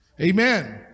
Amen